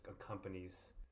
accompanies